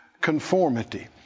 conformity